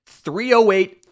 308